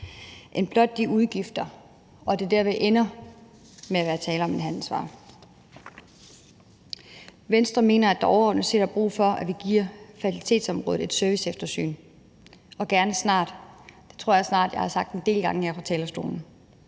end blot de udgifter, så der ikke er tale om, at det ender med at være en handelsvare. Venstre mener, at der overordnet set er brug for, at vi giver fertilitetsområdet et serviceeftersyn og gerne snart. Det tror jeg snart, at jeg har sagt en del gange her fra talerstolen.